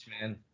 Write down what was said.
man